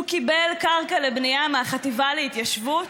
הוא קיבל קרקע לבנייה מהחטיבה להתיישבות,